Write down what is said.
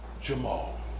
Jamal